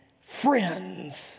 friends